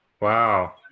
Wow